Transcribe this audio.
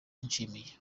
nshimiye